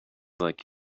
like